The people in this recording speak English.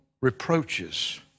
reproaches